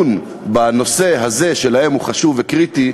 לדון בנושא הזה, שלהם הוא חשוב וקריטי,